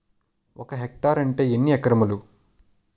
ఒక హెక్టార్ అంటే ఎన్ని ఏకరములు?